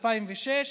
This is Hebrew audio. מ-2006,